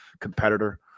competitor